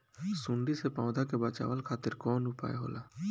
सुंडी से पौधा के बचावल खातिर कौन उपाय होला?